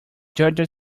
judge